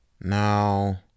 Now